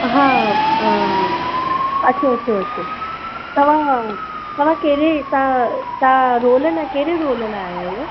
हा अचो अचो अचो तव्हां तव्हां कहिड़े तव्हां तव्हां रोल लाइ कहिड़े रोल लाइ आया आहियो